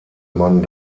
man